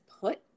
put